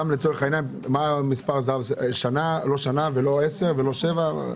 למה לא שנה או עשר או שבע?